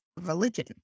religion